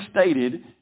stated